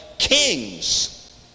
kings